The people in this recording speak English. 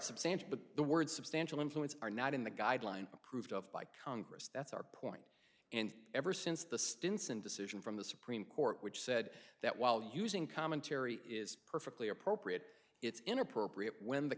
substantial but the word substantial influence are not in the guidelines approved of by congress that's our point and ever since the stinson decision from the supreme court which said that while using commentary is perfectly appropriate it's inappropriate when the